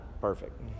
Perfect